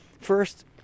first